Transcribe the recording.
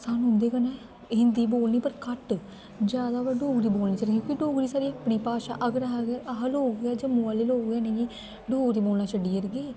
सानूं उं'दे कन्नै हिन्दी बोलनी पर घट्ट जैदा होऐ डोगरी बोलनी चाहिदी क्योंकि डोगरी साढ़ी अपनी भाशा ऐ अगर अस अगर अस लोग गै जम्मू आह्ले लोग गै नेईं एह् डोगरी बोलना छड्डी ओड़गे